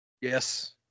Yes